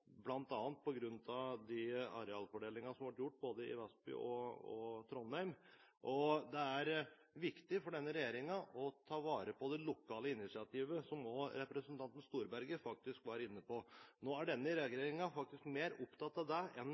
gjort både i Vestby og Trondheim. Det er viktig for denne regjeringen å ta vare på det lokale initiativet, som også representanten Storberget var inne på. Nå er denne regjeringen faktisk mer opptatt av det enn